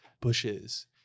bushes